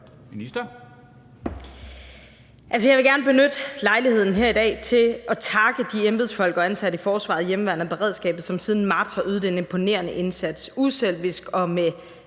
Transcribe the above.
Altså, jeg vil gerne benytte lejligheden her i dag til at takke de embedsfolk og ansatte i forsvaret og hjemmeværnet og beredskabet, som siden marts har ydet en imponerende indsats